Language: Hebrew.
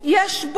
יש בור,